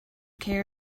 care